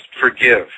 forgive